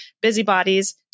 busybodies